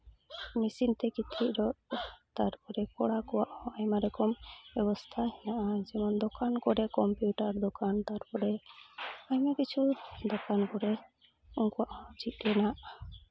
machine ᱛᱮ ᱠᱤᱪᱨᱤᱡ ᱨᱚᱜ ᱛᱟᱨᱯᱚᱨᱮ ᱠᱚᱲᱟ ᱠᱚᱣᱟᱜ ᱦᱚᱸ ᱟᱭᱢᱟ ᱨᱚᱠᱚᱢ ᱢᱮᱱᱟᱜᱼᱟ ᱨᱟᱥᱛᱟ ᱡᱮᱢᱚᱱ ᱫᱚᱠᱟᱱ ᱠᱚᱨᱮ ᱠᱚᱢᱯᱤᱭᱩᱴᱟᱨ ᱫᱚᱠᱟᱱ ᱛᱟᱨᱯᱚᱨᱮ ᱟᱭᱢᱟ ᱠᱤᱪᱷᱩ ᱫᱚᱠᱟᱱ ᱠᱚᱨᱮ ᱩᱱᱠᱩᱣᱟᱜ ᱪᱮᱫ ᱨᱮᱱᱟᱜ